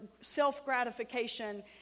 self-gratification